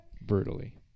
Brutally